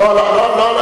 לא, לא אלייך.